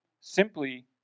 simply